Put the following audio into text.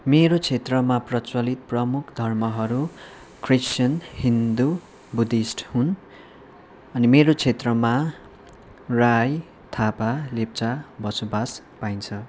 मेरो क्षेत्रमा प्रचलित प्रमुख धर्महरू क्रिस्तान हिन्दू बुद्धिस्ट हुन् अनि मेरो क्षेत्रमा राई थापा लेप्चा बसोबोस पाइन्छ